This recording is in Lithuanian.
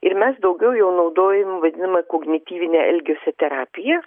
ir mes daugiau jo naudojimu vadiname kognityvinę elgesio terapiją